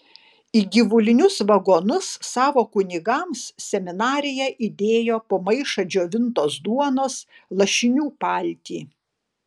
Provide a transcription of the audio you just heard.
į gyvulinius vagonus savo kunigams seminarija įdėjo po maišą džiovintos duonos lašinių paltį